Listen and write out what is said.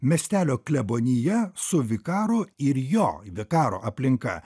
miestelio klebonija su vikaru ir jo vikaro aplinka